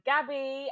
Gabby